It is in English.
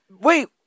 Wait